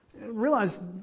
Realize